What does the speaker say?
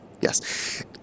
Yes